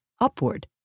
upward